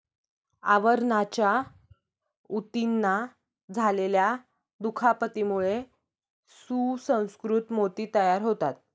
आवरणाच्या ऊतींना झालेल्या दुखापतीमुळे सुसंस्कृत मोती तयार होतात